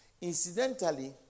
Incidentally